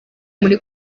muri